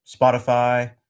Spotify